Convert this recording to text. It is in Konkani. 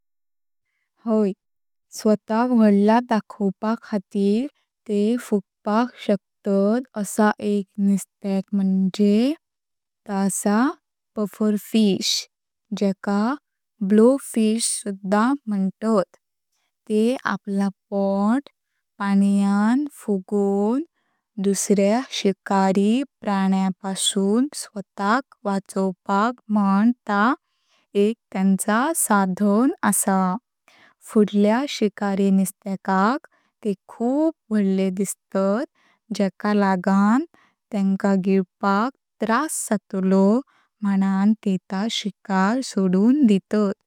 हाय, स्वातक दाखोवपाखातीर तेह फुगपाक शकतात आसा एक निस्त्याक म्हणजे त आसा पफरफिश जेका बोलवफिश सुद्धा म्हांतात। तेह आपला पोट पाणीयां फुगोवून दुसऱ्या शिकारी प्राणयापासून स्वातक वचोवपाक म्हून त एक तेंचा साधन आसा। फुडल्या शिकारी निस्त्याकाक तेह खूप दिसतात जेका लगण तेंका गिलपाक त्रास जातलो म्हणजेन तेह त शिकर सोडून दितात।